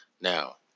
Now